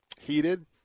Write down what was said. heated